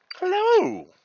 Hello